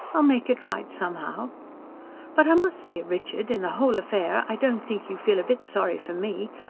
i'll make it right somehow but i must say, richard, in the whole affair i don't think you feel a bit sorry for me.